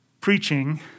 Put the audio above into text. preaching